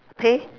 pay